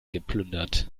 geplündert